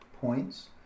points